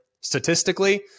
Statistically